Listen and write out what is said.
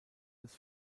des